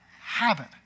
habit